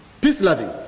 peace-loving